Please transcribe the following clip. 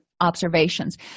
observations